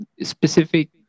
specific